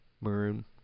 Maroon